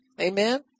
Amen